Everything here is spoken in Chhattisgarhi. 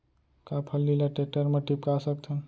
का फल्ली ल टेकटर म टिपका सकथन?